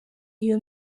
iyo